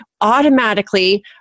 automatically